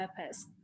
purpose